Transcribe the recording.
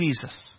Jesus